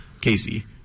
Casey